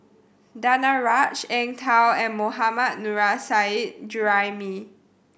Danaraj Eng Tow and Mohammad Nurrasyid Juraimi